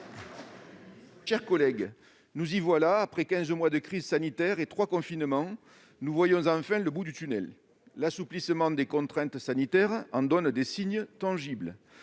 chers collègues, nous y voilà ! Après quinze mois de crise sanitaire et trois confinements, nous voyons enfin le bout du tunnel. L'assouplissement des contraintes sanitaires nous envoie des signes tangibles